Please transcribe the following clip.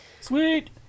Sweet